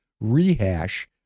rehash